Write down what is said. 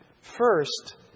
First